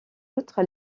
outre